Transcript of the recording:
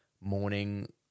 morning